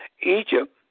Egypt